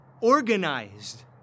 organized